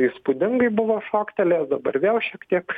įspūdingai buvo šoktelėjęs dabar vėl šiek tiek